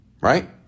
Right